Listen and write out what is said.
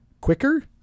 quicker